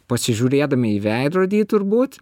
pasižiūrėdami į veidrodį turbūt